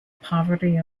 poverty